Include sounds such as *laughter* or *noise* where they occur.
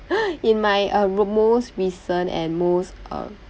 *laughs* in my uh most recent and most uh